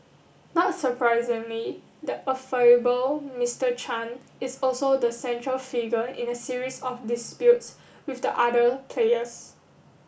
not surprisingly the affable Mister Chan is also the central figure in a series of disputes with the other players